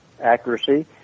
accuracy